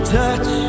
touch